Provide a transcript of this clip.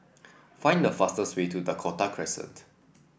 find the fastest way to Dakota Crescent